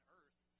earth